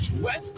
West